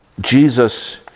Jesus